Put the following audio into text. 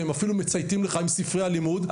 והם אפילו מצייתים לך עם ספרי הלימוד,